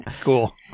cool